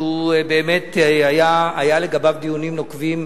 שבאמת היו לגביו דיונים נוקבים